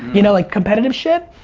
you know, like competitive shit,